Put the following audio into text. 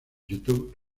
youtube